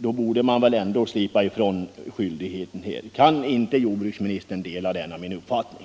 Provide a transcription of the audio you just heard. borde man väl ändå slippa ifrån skyldigheten att betala tvångsmässiga avgifter. Kan inte jordbruksministern dela denna min uppfattning?